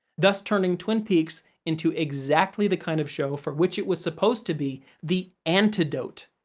thus turning twin peaks into exactly the kind of show for which it was supposed to be the antidote.